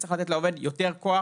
צריך לתת לעובד יותר כוח,